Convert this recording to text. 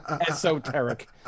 Esoteric